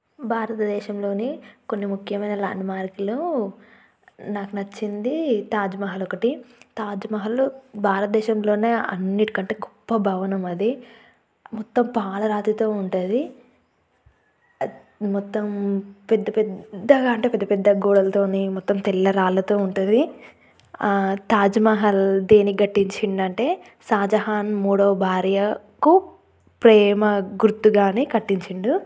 భారతదేశంలోని కొన్ని ముఖ్యమైన ల్యాండ్ మార్కులు నాకు నచ్చింది తాజ్మహల్ ఒకటి తాజ్మహల్ భారతదేశంలోనే అన్నిటికంటే గొప్ప భవనం అది మొత్తం పాలరాతితో ఉంటుంది మొత్తం పెద్ద పెద్దగా అంటే పెద్ద పెద్ద గోడలతో మొత్తం తెల్ల రాళ్లతో ఉంటుంది తాజ్మహల్ దేనికి కట్టించిండంటే షాజహాన్ మూడో భార్యకు ప్రేమ గుర్తుగానే కట్టించాడు